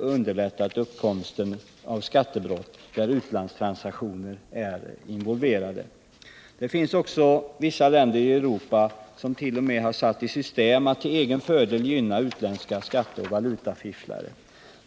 underlättat uppkomsten av skattebrott, där utlandstransaktioner är involverade. Vissa länder i Europa hart.o.m. satt i system att till egen fördel gynna utländska skatteoch valutafifflare.